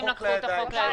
בהמשך לדבריך,